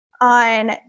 on